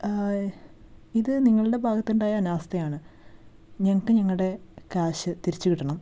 ഇത് നിങ്ങളുടെ ഭാഗത്തുണ്ടായ അനാസ്ഥയാണ് ഞങ്ങൾക്ക് ഞങ്ങളുടെ കാശ് തിരിച്ചു കിട്ടണം